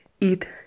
Eat